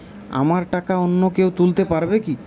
আমার টাকা অন্য কেউ তুলতে পারবে কি?